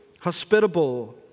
hospitable